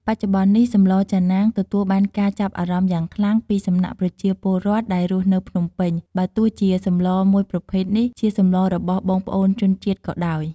បច្ចុប្បន្ននេះ សម្លចាណាង ទទួលបានការចាប់អារម្មណ៍យ៉ាងខ្លាំង ពីសំណាក់ប្រជាពលរដ្ឋដែលរស់នៅភ្នំពេញ បើទោះជាសម្លមួយប្រភេទនេះជាសម្លបស់បងប្អូនជនជាតិក៏ដោយ។